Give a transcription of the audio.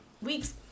weeks